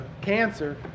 cancer